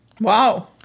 Wow